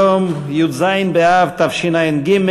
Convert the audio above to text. היום י"ז באב תשע"ג,